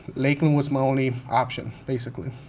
lakeland was my only option, basically.